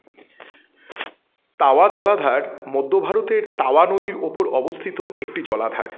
তাওয়া জলাধার মধ্য ভারতের তাওয়া নদীর ওপর অবস্থিত একটি জলাধার